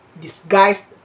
disguised